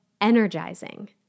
energizing